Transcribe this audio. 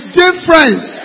difference